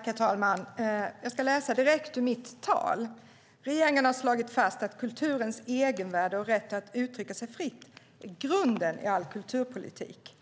Herr talman! Jag ska läsa direkt ur mitt tal: "Regeringen har slagit fast att kulturens egenvärde och rätt att utrycka sig fritt är grunden i all kulturpolitik."